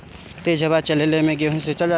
हवा तेज चलले मै गेहू सिचल जाला?